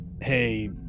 hey